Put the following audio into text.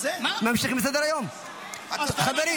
ממשיכים בסדר-היום, חברים.